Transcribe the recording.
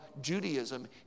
Judaism